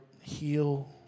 heal